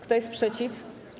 Kto jest przeciw?